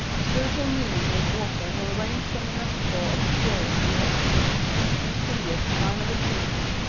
the spiritual meaning of water will range from the metaphor of the purity of the dew to the sea as a sign of infinity.